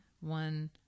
One